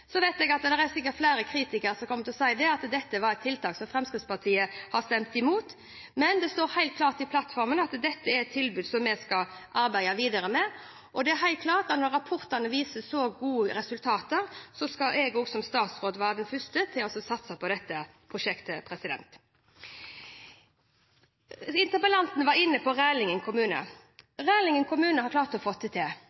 Så vet jeg at det sikkert er flere kritikere som kommer til å si at dette er et tiltak som Fremskrittspartiet har stemt imot. Men det står helt klart i plattformen at dette er et tilbud som vi skal arbeide videre med, og det er helt klart at når rapportene viser så gode resultater, skal også jeg som statsråd være den første til å satse på dette prosjektet. Interpellanten var inne på Rælingen